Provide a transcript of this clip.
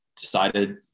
decided